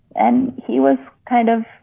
and he was kind of,